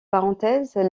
parenthèses